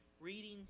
reading